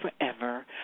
forever